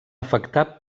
afectar